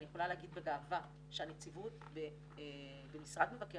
אני יכולה להגיד בגאווה שהנציבות במשרד מבקר